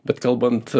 bet kalbant